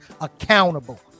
accountable